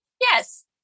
Yes